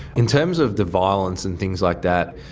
in terms of the violence and things like that,